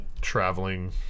traveling